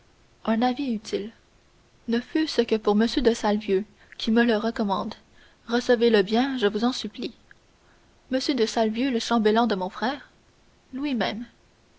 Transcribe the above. un avis utile ne fût-ce que pour m de salvieux qui me le recommande recevez-le bien je vous en supplie m de salvieux le chambellan de mon frère lui-même